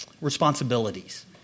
responsibilities